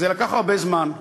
וזה לקח הרבה זמן.